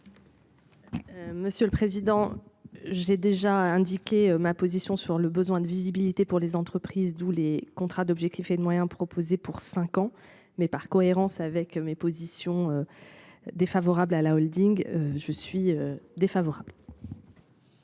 Monsieur le président. J'ai déjà indiqué ma position sur le besoin de visibilité pour les entreprises d'où les contrats d'objectifs et de moyens proposés pour 5 ans mais par cohérence avec mes positions. Défavorables à la Holding. Je suis défavorable.